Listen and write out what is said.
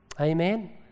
Amen